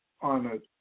honored